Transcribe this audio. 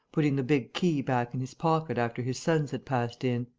putting the big key back in his pocket after his sons had passed in.